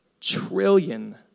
trillion